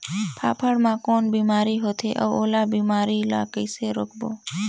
फाफण मा कौन बीमारी होथे अउ ओला बीमारी ला कइसे रोकबो?